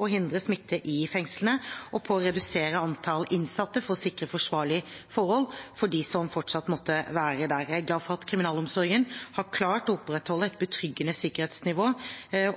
å hindre smitte i fengslene, og på å redusere antall innsatte for å sikre forsvarlige forhold for dem som fortsatt måtte være der. Jeg er glad for at kriminalomsorgen har klart å opprettholde et betryggende sikkerhetsnivå